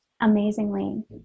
amazingly